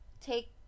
take